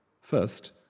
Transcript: first